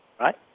Right